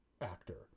actor